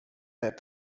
that